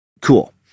Cool